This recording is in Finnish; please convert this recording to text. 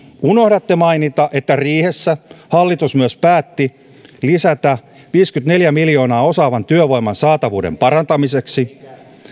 unohdatte mainita että riihessä hallitus myös päätti lisätä viisikymmentäneljä miljoonaa osaavan työvoiman saatavuuden parantamiseksi